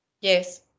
Yes